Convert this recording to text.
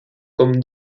comme